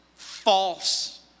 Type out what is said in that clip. False